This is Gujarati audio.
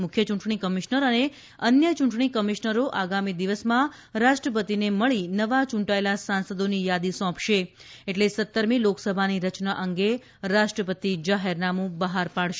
મુખ્ય ચૂંટણી કમિશ્નર અને અન્ય ચૂંટણી કમિશ્નરો આગામી દિવસમાં રાષ્ટ્રપતિને મળી નવા ચૂંટાયેલા સાંસદોની યાદી સોંપશે એટલે સત્તરમી લોકસભાની રચના અંગે રાષ્ટ્રપતિ જાહેરનામું બહાર પાડશે